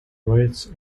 rights